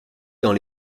dans